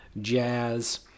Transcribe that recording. jazz